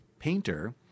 painter